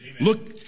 Look